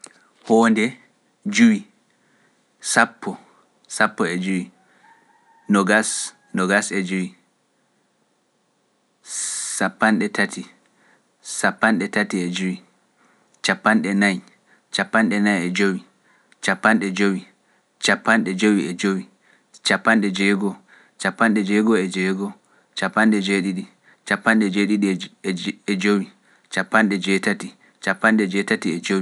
Koo nde juwi, sappo, sappo e juwi, nogas, nogas e juwi, sappanɗe tati, sappanɗe tati e juwi, cappanɗe nay, cappanɗe nay e jowi, cappanɗe jowi, cappanɗe jowi e jowi, cappanɗe jeego, cappanɗe jeego e jeego, cappanɗe jeeɗiɗi, cappanɗe jeeɗiɗi e jowi, cappanɗe jeetati, cappanɗe jeetati e jowi.